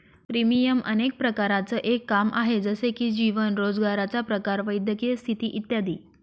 premium अनेक प्रकारांचं एक काम आहे, जसे की जीवन, रोजगाराचा प्रकार, वैद्यकीय स्थिती इत्यादी